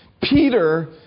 Peter